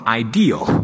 ideal